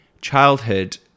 childhood